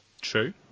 True